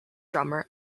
drummer